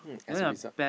as a result